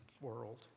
world